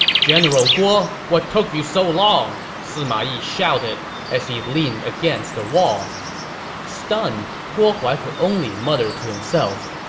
general guo, what took you so long? sima yi shouted as he leaned against the wall stunned, guo huai could only mutter to himself,